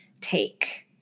take